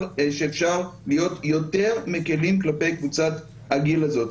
שאפשר להיות יותר מקלים כלפי קבוצת הגיל הזאת.